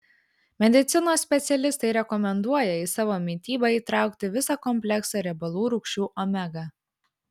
medicinos specialistai rekomenduoja į savo mitybą įtraukti visą kompleksą riebalų rūgščių omega